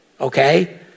okay